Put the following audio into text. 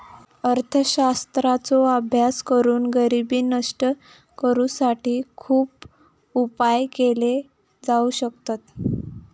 अर्थशास्त्राचो अभ्यास करून गरिबी नष्ट करुसाठी खुप उपाय केले जाउ शकतत